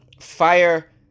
fire